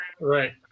Right